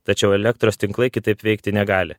tačiau elektros tinklai kitaip veikti negali